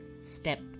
step